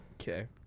Okay